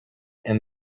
and